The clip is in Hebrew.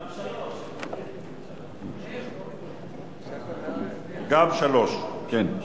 גם 3. גם 3, כן.